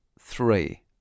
three